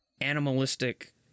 animalistic